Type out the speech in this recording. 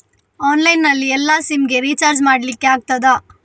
Online ನಲ್ಲಿ ಎಲ್ಲಾ sim ಗೆ ರಿಚಾರ್ಜ್ ಮಾಡಲಿಕ್ಕೆ ಆಗ್ತದಾ?